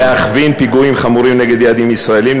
להכווין פיגועים חמורים נגד יעדים ישראליים,